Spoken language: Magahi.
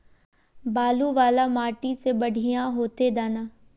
बालू वाला माटी में बढ़िया होते दाना?